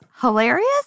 hilarious